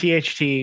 THT